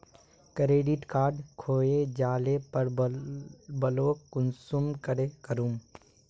Credit card खोये जाले पर ब्लॉक कुंसम करे करूम?